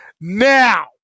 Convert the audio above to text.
Now